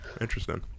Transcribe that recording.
interesting